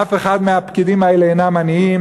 אף אחד מהפקידים האלה אינו עני.